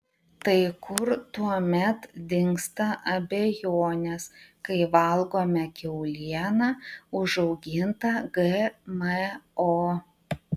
tai kur tuomet dingsta abejonės kai valgome kiaulieną užaugintą gmo